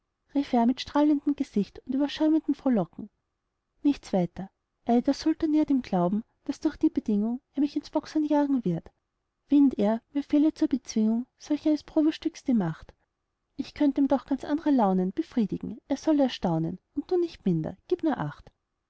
mit strahlendem gesicht und überschäumendem frohlocken nichts weiter ei der sultan irrt im glauben daß durch die bedingung er mich ins bockshorn jagen wird wähnt er mir fehle zur bezwingung solch eines probestücks die macht ich könnt ihm noch ganz andre launen befriedigen er soll erstaunen und du nicht minder gib nur acht